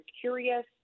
curious